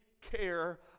care